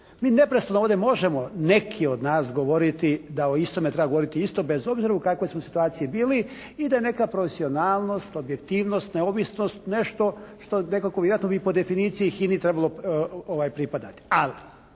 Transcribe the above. Mi neprestano ovdje možemo, neki od nas govoriti da o istom ne treba govoriti isto bez obzira u kakvoj smo situaciji bili i da je neka profesionalnost, objektivnost, neovisnost nešto što nekako bi ja to po definiciji HINA-i trebalo pripadati.